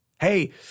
Hey